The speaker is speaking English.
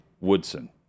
Woodson